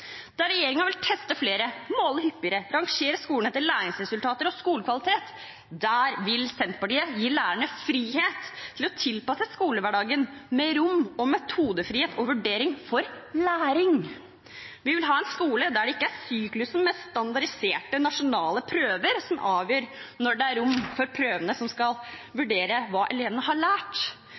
Der regjeringen vil teste flere, måle hyppigere og rangere skolene etter læringsresultater og skolekvalitet – der vil Senterpartiet gi lærerne frihet til å tilpasse skolehverdagen med rom for metodefrihet og vurdering for læring. Vi vil ha en skole der det ikke er syklusen med standardiserte nasjonale prøver som avgjør når det er rom for prøvene der det skal vurderes hva elevene har lært.